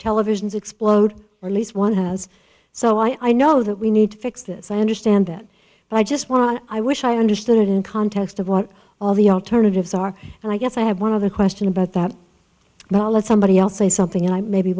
televisions explode or least one has so i know that we need to fix this i understand that but i just want i wish i understood in context of what all the alternatives are and i guess i have one other question about that knowledge somebody else a something i maybe